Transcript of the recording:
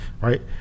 Right